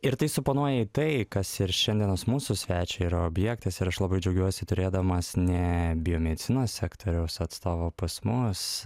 ir tai suponuoja tai kas ir šiandienos mūsų svečio yra objektas ir aš labai džiaugiuosi turėdamas ne biomedicinos sektoriaus atstovą pas mus